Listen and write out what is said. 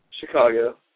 Chicago